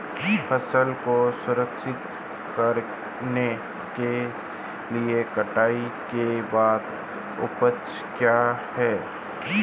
फसल को संरक्षित करने के लिए कटाई के बाद के उपाय क्या हैं?